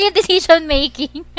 decision-making